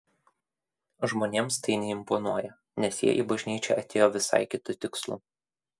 žmonėms tai neimponuoja nes jie į bažnyčią atėjo visai kitu tikslu